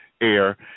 air